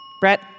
Brett